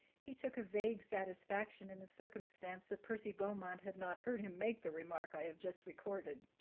he took a vague satisfaction in the circumstance that percy beaumont had not heard him make the remark i have just recorded.